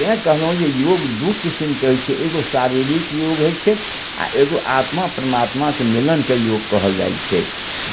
तै कहलहुँ जे योग दू किसिमके होइ छै एगो शारीरिक योग होइ छै आओर एगो आत्मा परमात्माके मिलनके योग कहल जाइ छै